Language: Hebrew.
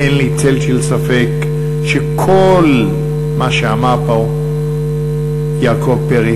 אין לי צל של ספק שכל מה שאמר פה יעקב פרי,